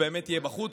הוא באמת יהיה בחוץ,